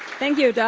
thank you,